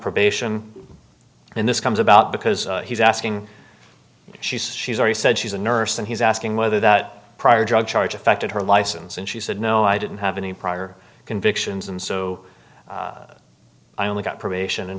probation and this comes about because he's asking she says she's already said she's a nurse and he's asking whether that prior drug charge a fact of her license and she said no i didn't have any prior convictions and so i only got probation in